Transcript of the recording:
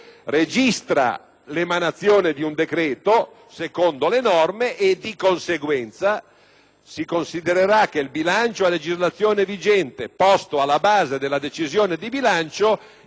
l'emanazione di un decreto secondo le norme e, di conseguenza, si considererà che il bilancio a legislazione vigente posto alla base della decisione di bilancio incorpori